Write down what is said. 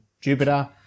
Jupiter